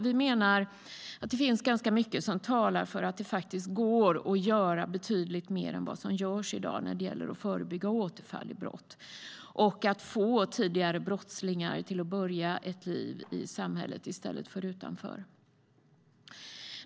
Vi menar att det finns ganska mycket som talar för att det går att göra betydligt mer än vad som görs i dag när det gäller att förebygga återfall i brott och få tidigare brottslingar att börja ett liv i samhället i stället för utanför.